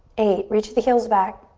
eight, reach the heels back.